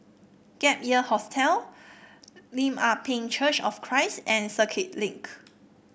Gap Year Hostel Lim Ah Pin Church of Christ and Circuit Link